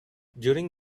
during